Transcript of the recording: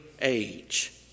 age